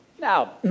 Now